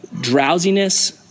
drowsiness